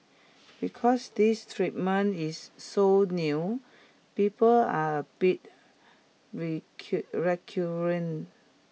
because this treatment is so new people are a bit